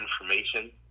information